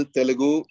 Telugu